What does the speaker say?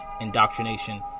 indoctrination